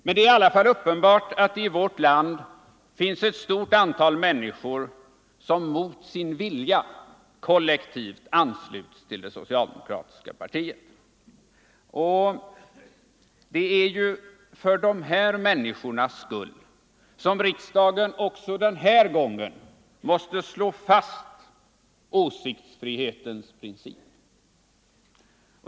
Men det är i alla fall uppenbart att det i vårt land finns ett stort antal människor som mot sin vilja kollektivt anslutits till det socialdemokratiska partiet. Det är för dessa människors skull som riksdagen också denna gång måste slå fast åsiktsfrihetens prin cip.